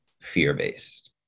fear-based